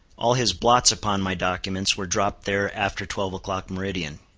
all his blots upon my documents, were dropped there after twelve o'clock, meridian.